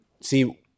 see